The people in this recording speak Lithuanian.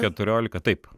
keturiolika taip